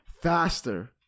faster